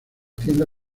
tienda